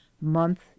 month